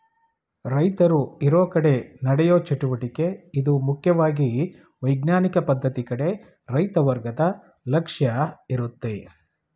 ರೈತರು ಇರೋಕಡೆ ನಡೆಯೋ ಚಟುವಟಿಕೆ ಇದು ಮುಖ್ಯವಾಗಿ ವೈಜ್ಞಾನಿಕ ಪದ್ಧತಿ ಕಡೆ ರೈತ ವರ್ಗದ ಲಕ್ಷ್ಯ ಇರುತ್ತೆ